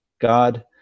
God